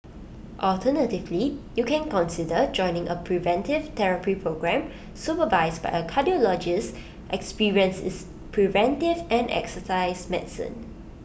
alternatively you can consider joining A preventive therapy programme supervised by A cardiologist experienced in preventive and exercise medicine